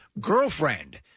girlfriend